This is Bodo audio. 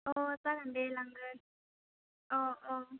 अ जागोन दे लांगोन अ अ